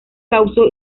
causó